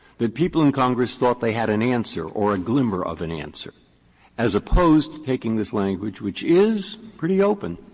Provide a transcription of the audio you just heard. that people in congress thought they had an answer or a glimmer of an answer as opposed to taking this language which is pretty open